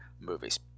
movies